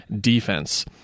defense